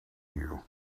you